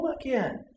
again